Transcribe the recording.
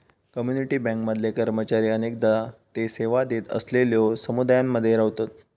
community bank मधले कर्मचारी अनेकदा ते सेवा देत असलेलल्यो समुदायांमध्ये रव्हतत